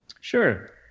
Sure